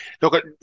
Look